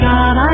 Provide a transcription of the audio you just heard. God